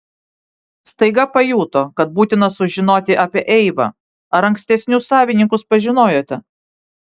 staiga pajuto kad būtina sužinoti apie eivą ar ankstesnius savininkus pažinojote